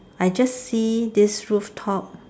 I just see this rooftop